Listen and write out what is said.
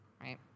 right